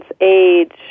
age